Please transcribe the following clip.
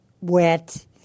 wet